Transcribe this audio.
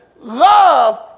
Love